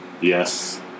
Yes